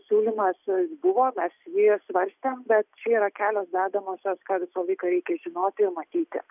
siūlymas buvo mes jį svarstėm bet čia yra kelios dedamosios kad visą laiką reikia žinoti matyti